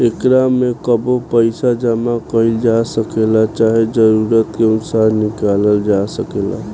एकरा में कबो पइसा जामा कईल जा सकेला, चाहे जरूरत के अनुसार निकलाल जा सकेला